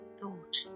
thought